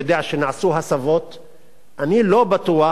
אני יודע